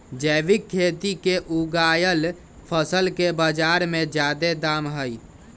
जैविक खेती से उगायल फसल के बाजार में जादे दाम हई